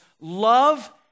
Love